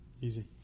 easy